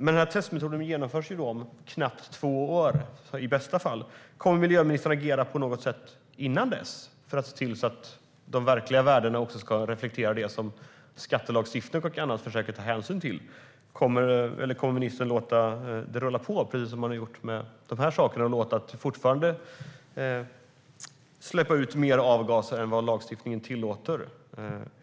Men den nya testmetoden genomförs om knappt två år - i bästa fall. Kommer miljöministern att agera på något sätt innan dess för att se till att de verkliga värdena reflekterar det som skattelagstiftning och annat försöker ta hänsyn till? Eller kommer ministern att låta det rulla på, precis som man har gjort med de här sakerna, och tillåta att de här bilarna fortfarande släpper ut mer avgaser än vad lagstiftningen tillåter?